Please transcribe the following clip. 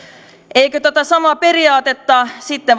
eikö tätä samaa periaatetta sitten